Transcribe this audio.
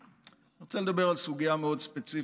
אני רוצה לדבר על סוגיה מאוד ספציפית.